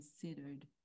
considered